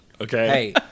okay